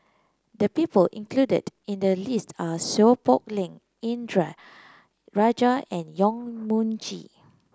the people included in the list are Seow Poh Leng Indranee Rajah and Yong Mun Chee